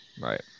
Right